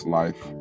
life